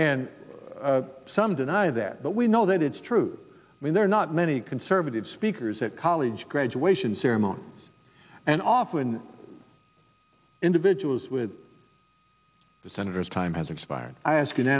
and some deny that but we know that it's true when there are not many conservative speakers at college graduation ceremony and often individuals with the senator's time has expired i ask